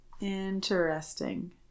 Interesting